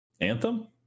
Anthem